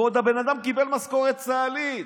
ועוד הבן אדם קיבל משכורת צה"לית.